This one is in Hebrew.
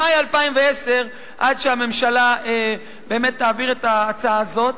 במאי 2010, עד שהממשלה תעביר את ההצעה הזאת.